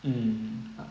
mm